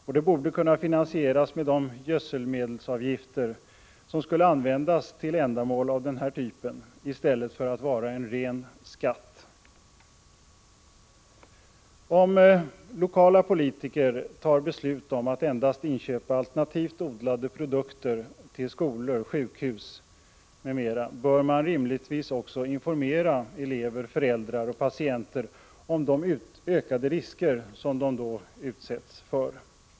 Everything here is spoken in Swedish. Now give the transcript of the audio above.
Detta borde kunna finansieras genom de gödselmedelsavgifter som skulle användas till åtgärder av den här typen i stället för att tas ut som en ren skatt. Om lokala politiker fattar beslut om att endast inköpa alternativt odlade produkter till skolor, sjukhus m.m., bör de rimligen också informera elever, föräldrar och patienter om de ökade risker de utsätts för.